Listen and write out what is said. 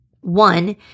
One